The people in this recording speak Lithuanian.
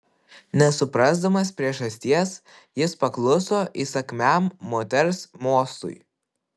nesuprasdamas priežasties jis pakluso įsakmiam moters mostui